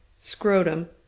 scrotum